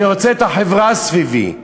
אני רוצה את החברה סביבי.